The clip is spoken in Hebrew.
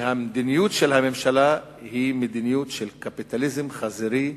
והמדיניות של הממשלה היא מדיניות של קפיטליזם חזירי,